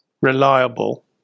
reliable